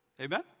Amen